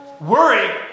worry